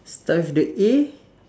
start with the A